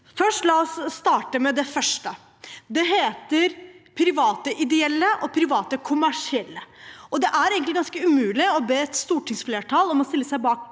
for. La oss starte med det første. Det heter «private ideelle» og «private kommersielle», og det er ganske umulig å be et stortingsflertall om å stille seg bak